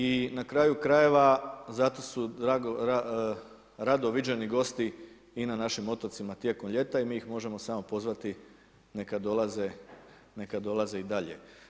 I na kraju krajeva, zato su rado viđeni gosti i na našim otocima tijekom ljeta i mi ih možemo samo pozvati, neka dolaze i dalje.